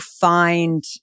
find